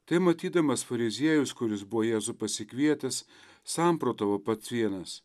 tai matydamas fariziejus kuris buvo jėzų pasikvietęs samprotavo pats vienas